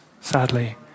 sadly